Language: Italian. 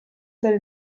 del